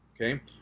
Okay